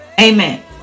Amen